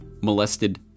molested